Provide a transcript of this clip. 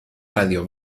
radio